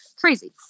crazy